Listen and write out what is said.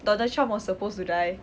donald trump was supposed to die